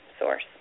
Source